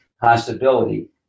possibility